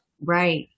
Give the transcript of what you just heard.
Right